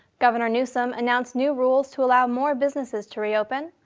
governor newsom announced new rules to allow more businesses to reopen.